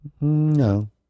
No